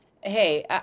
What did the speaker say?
hey